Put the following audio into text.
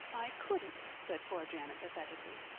i couldn't, said poor janet pathetically.